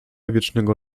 wiecznego